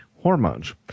hormones